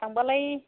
थांबालाय